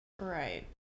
right